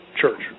church